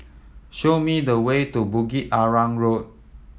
show me the way to Bukit Arang Road